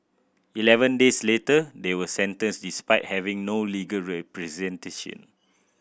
eleven days later they were sentenced despite having no legal representation